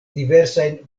diversajn